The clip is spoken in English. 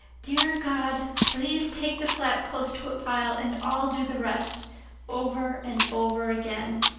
dear god, please take the flat close to a pile and i'll do the rest over and over again.